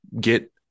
get